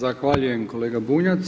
Zahvaljujem kolega Bunjac.